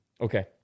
okay